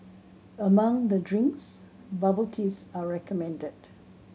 among the drinks bubble teas are recommended